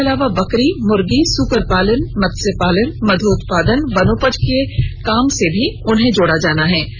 इसके अलावा बकरी मुर्गी सुकर पालन मत्स्य पालन मध्य उत्पादनवनोपज आदि के काम से भी जोडा जायेगा